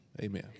Amen